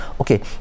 Okay